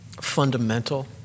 fundamental